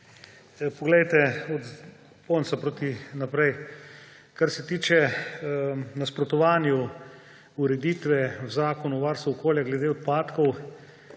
kratko, od konca naprej. Kar se tiče nasprotovanju ureditve v Zakonu o varstvu okolja glede odpadkov,